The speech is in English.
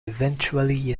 eventually